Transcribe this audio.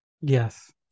Yes